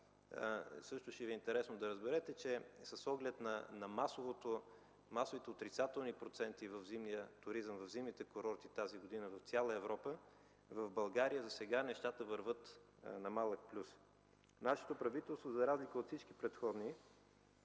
това, ще Ви е интересно да разберете, че с оглед на масовите отрицателни проценти в зимните курорти тази година в цяла Европа, в България засега нещата вървят на малък плюс. Нашето правителство за разлика от всички предходни